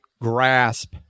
grasp